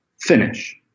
finish